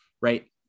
right